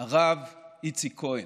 הרב איציק כהן,